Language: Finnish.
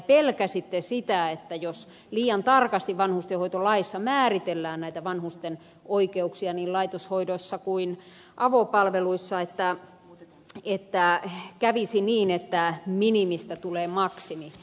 pelkäsitte sitä että jos liian tarkasti vanhustenhoitolaissa määritellään vanhusten oikeuksia niin laitoshoidossa kuin avopalveluissa kävisi niin että minimistä tulee maksimi